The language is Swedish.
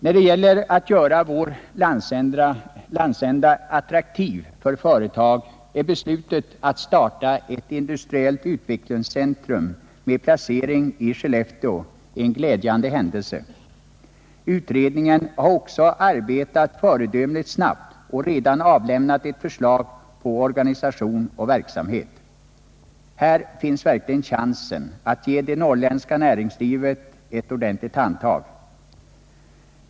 När det gäller att göra vår landsända attraktiv för företag är beslutet att starta ett industriellt utvecklingstrum med placering i Skellefteå en glädjande händelse. Utredningen har också arbetat föredömligt snabbt och redan avlämnat ett förslag till organisation och verksamhet. Här finns verkligen chansen att ge det norrländska näringslivet ett ordentligt handtag.